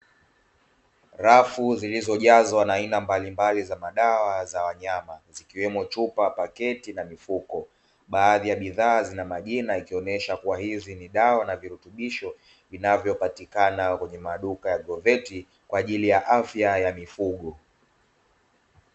Rafu zilizojazwa na aina mbalimbali za madawa za wanyama, zikiwemo chupa paketi na mifuko baadhi ya bidhaa zina majina, ikionyesha kuwa hizi ni dawa na virutubisho vinavyopatikana kwenye maduka ya goveti kwa ajili ya afya ya mifugo.